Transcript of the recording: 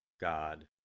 God